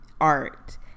art